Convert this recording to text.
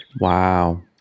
Wow